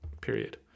Period